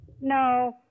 No